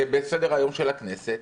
בסדר-היום של הכנסת,